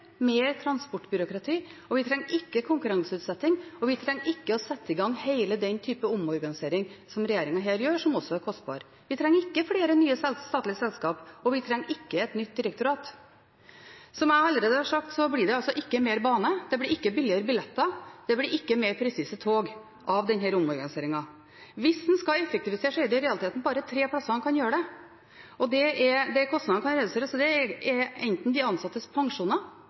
mer transportbyråkrati, og vi trenger ikke konkurranseutsetting, og vi trenger ikke å sette i gang hele den type omorganisering som regjeringen her gjør, som også er kostbar. Vi trenger ikke flere nye statlige selskaper, og vi trenger ikke et nytt direktorat. Som jeg allerede har sagt, blir det altså ikke mer bane, det blir ikke billigere billetter, det blir ikke mer presise tog av denne omorganiseringen. Hvis en skal effektivisere, er det i realiteten bare tre steder kostnadene kan reduseres, og det er enten på de ansattes pensjoner eller på sosiale ordninger for de